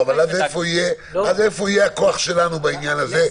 אבל אז איפה יהיה הכוח שלנו בעניין הזה,